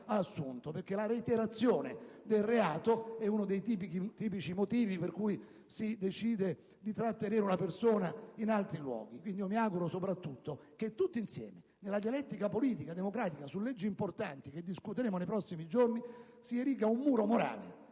della reiterazione del reato è uno dei tipici motivi per cui si decide di trattenere una persona in altri luoghi. Mi auguro, soprattutto, che tutti insieme, nella dialettica politica e democratica, su leggi importanti che discuteremo nei prossimi giorni, erigeremo un muro morale